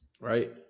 right